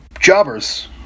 jobbers